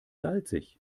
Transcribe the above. salzig